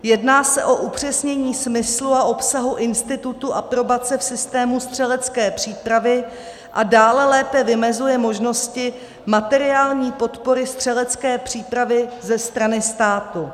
Jedná se o upřesnění smyslu a obsahu institutu aprobace v systému střelecké přípravy a dále lépe vymezuje možnosti materiální podpory střelecké přípravy ze strany státu.